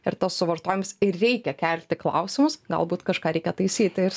ir tas suvartojims ir reikia kelti klausimus galbūt kažką reikia taisyt tai ir